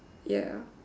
ya